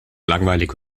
langweilig